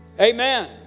Amen